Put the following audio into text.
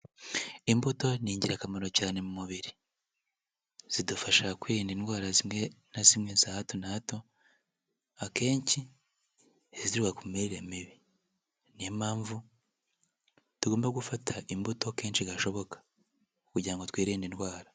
Imbuto ni ingirakamaro cyane mu mubiri, zidufasha kwirinda indwara zimwe na zimwe za hato na hato, akenshi ziba ku mirire mibi, niyo mpamvu tugomba gufata imbuto kenshi gashoboka, kugira ngo twirinde indwara.